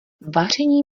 vaření